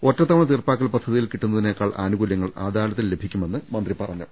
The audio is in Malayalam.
ഒറ്റത്തവണ തീർപ്പാക്കൽ പദ്ധതിയിൽ കിട്ടുന്ന തിനേക്കാൾ ആനുകൂല്യങ്ങൾ അദാലത്തിൽ ലഭിക്കുമെന്ന് മന്ത്രി പറഞ്ഞു